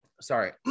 Sorry